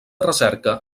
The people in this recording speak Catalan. recerca